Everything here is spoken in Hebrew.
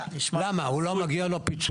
זה משהו שלא יקרה במטרו כי